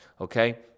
okay